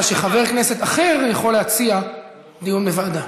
שחבר כנסת אחר יכול להציע דיון בוועדה.